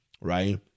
right